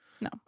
No